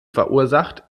verursacht